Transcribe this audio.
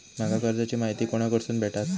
माका कर्जाची माहिती कोणाकडसून भेटात?